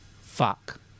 Fuck